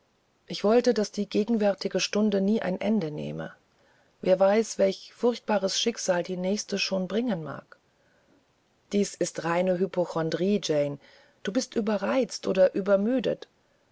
ich wollte daß die gegenwärtige stunde nie ein ende nähme wer weiß welch furchtbares schicksal die nächste schon bringen mag dies ist die reine hypochondrie jane du bist überreizt oder übermüdet